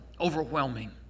overwhelming